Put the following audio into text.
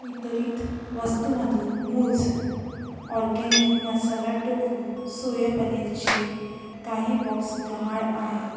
वितरित वस्तूमधून मूझ ऑरगॅनिक मसाला टोफू सोया पनीरचे काही बॉक्स गहाळ आहे